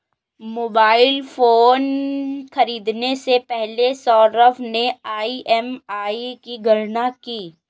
mobile phone खरीदने से पहले सौरभ ने ई.एम.आई की गणना की